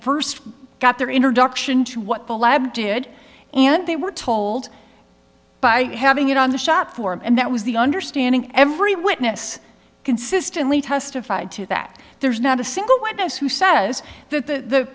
first got their introduction to what the lab did and they were told by having it on the shop for him and that was the understanding every witness consistently testified to that there's not a single witness who says that the